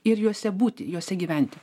ir juose būti juose gyventi